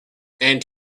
and